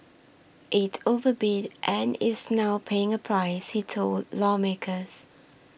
it overbid and is now paying a price he told lawmakers